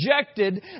rejected